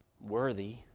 worthy